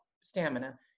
stamina